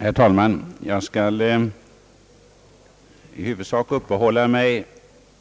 Herr talman! Jag skall i huvudsak ägna mig